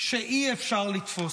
שאי-אפשר לתפוס.